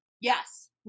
Yes